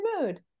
mood